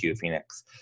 Phoenix